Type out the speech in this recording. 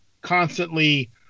constantly